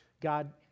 God